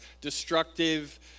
destructive